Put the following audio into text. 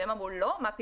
והם אמרו, לא, מה פתאום,